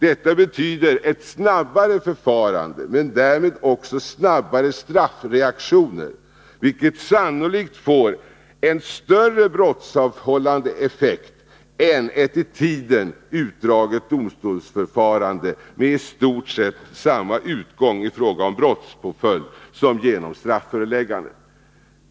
Detta betyder ett snabbare förfarande men därmed också snabbare straffreaktioner, vilket sannolikt får en större brottsavhållande effekt än ett i tiden utdraget domstolsförfarande med i stort sett samma utgång i fråga om brottspåföljd som genom strafföreläggandet.